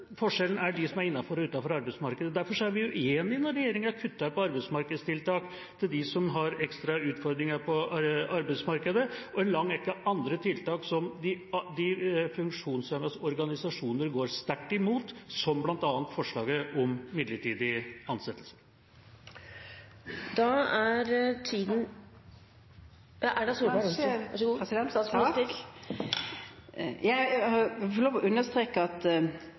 forskjellen er mellom dem som er innenfor, og dem som er utenfor arbeidsmarkedet, og derfor er vi uenige med regjeringa når den kutter i arbeidsmarkedstiltak til dem som har ekstra utfordringer på arbeidsmarkedet, og i en lang rekke andre tiltak som de funksjonshemmedes organisasjoner går sterkt imot, bl.a. forslaget om midlertidig ansettelse. Jeg må få lov til å understreke at utdanningsspørsmålene sannsynligvis er de mest avgjørende for å